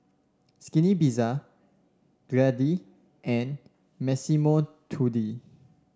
Skinny Pizza Glade and Massimo Dutti